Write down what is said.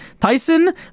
Tyson